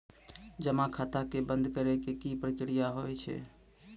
जमा खाता के बंद करे के की प्रक्रिया हाव हाय?